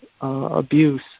abuse